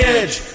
edge